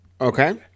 Okay